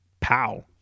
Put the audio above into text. Pow